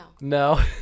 No